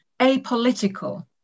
apolitical